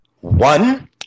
one